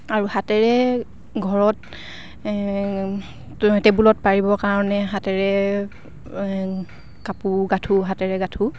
আৰু হাতেৰে ঘৰত টেবুলত পাৰিবৰ কাৰণে হাতেৰে কাপোৰ গাঠোঁ হাতেৰে গাঁঠো